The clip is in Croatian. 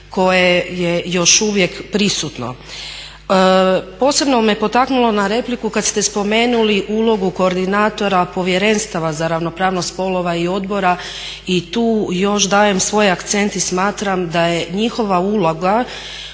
koje je još uvijek prisutno. Posebno me potaknulo na repliku kad ste spomenuli ulogu koordinatora povjerenstava za ravnopravnost spolova i odbora i tu još dajem svoj akcent i smatram da je njihova uloga